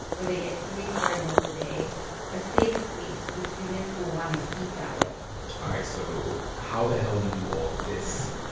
where they get three square meals a day a safe space the students will want to keep that way all right, so how the hell do you do all this?